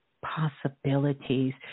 possibilities